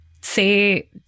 say